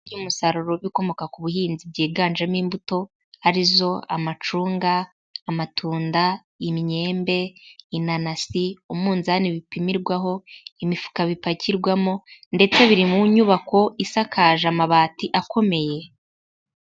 Uyu musaruro wibikomoka ku buhinzi byiganjemo imbuto arizo; amacunga, amatunda, imyembe, inanasi, umunzani bipimirwaho, imifuka bipakirwamo, ndetse biri mu nyubako isakaje amabati akomeye.